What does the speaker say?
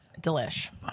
delish